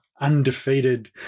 undefeated